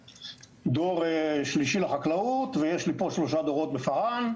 דור שלישי לחקלאות ויש לי פה שלושה דורות בפארן,